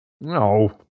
no